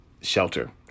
shelter